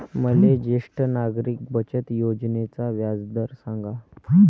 मले ज्येष्ठ नागरिक बचत योजनेचा व्याजदर सांगा